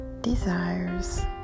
desires